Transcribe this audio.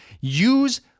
use